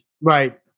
Right